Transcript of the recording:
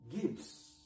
Gives